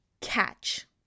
catch